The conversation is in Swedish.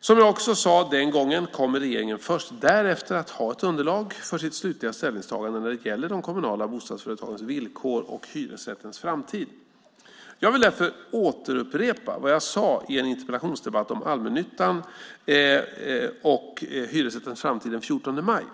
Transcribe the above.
Som jag också sade den gången kommer regeringen först därefter att ha ett underlag för sitt slutliga ställningstagande när det gäller de kommunala bostadsföretagens villkor och hyresrättens framtid. Jag vill därför återupprepa vad jag sade i en interpellationsdebatt om allmännyttan och hyresrättens framtid den 14 maj.